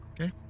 Okay